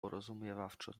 porozumiewawczo